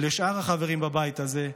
ולשאר החברים בבית הזה,